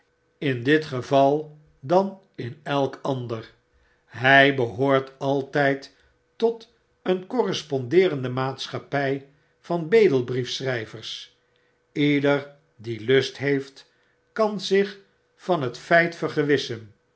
in dit geval dan in elk ander hjj behoort altijd tot een correspondeerende maatschapptj vanbedelbriefschryvers leder die lust heeft kan zich van dat